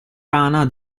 rana